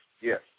yes